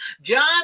John